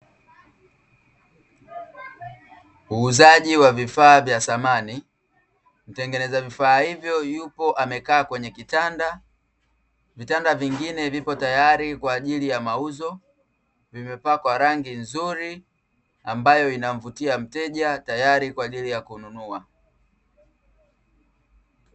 Muuzaji wa vifaa vya samani. Mtengeneza vifaa hivyo yupo amekaa kwenye kitanda. Vitanda vingine vipo tayari kwa ajli ya mauzo vimepakwa rangi nzuri, ambayo inamvutia mteja tayari kwa ajili ya kununua.